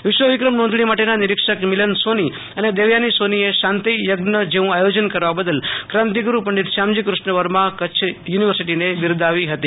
વિદ્ય વિક્રમ નોંધણી માટે ના નિરીક્ષક મિલન સોની અને દેવયાની સોની એ શાંતિ યઝન જેવુ આયોજન કરવા બદલ ક્રાંતિગુરૂ પંડિત શ્યામજી કૃષ્ણવર્મા કચ્છ યુનિવર્સિટીને બિરદાવી હતી